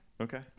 okay